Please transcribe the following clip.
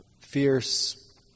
fierce